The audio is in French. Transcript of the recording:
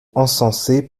encensaient